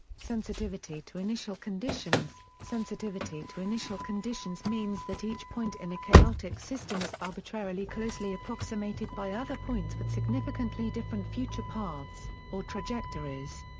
sensitivity to initial conditions sensitivity to initial conditions means that each point in a chaotic system is arbitrarily closely approximated by other points with significantly different future paths, or trajectories.